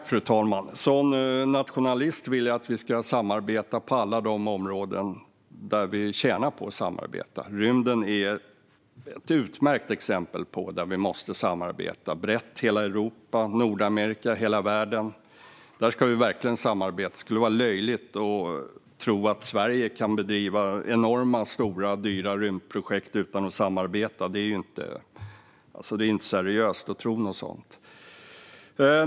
Fru talman! Som nationalist vill jag att vi ska samarbeta på alla de områden där vi tjänar på att samarbeta. Rymden är ett utmärkt exempel på ett område där vi måste samarbeta brett över hela Europa och Nordamerika, ja, över hela världen. Det vore löjligt att tro att Sverige kan bedriva enorma, dyra rymdprojekt utan att samarbeta. Det är inte seriöst att tro något sådant.